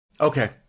Okay